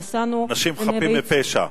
נסענו, אנשים חפים מפשע.